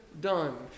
done